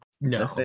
no